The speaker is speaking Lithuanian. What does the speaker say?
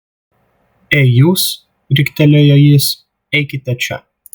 ei jūs riktelėjo jis eikite čia